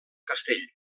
castell